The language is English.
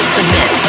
Submit